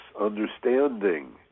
understanding